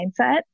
mindset